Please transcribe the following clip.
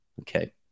Okay